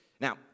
Now